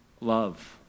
Love